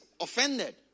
offended